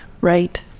right